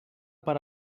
per